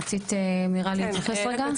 רצית, מיראל, להתייחס רגע?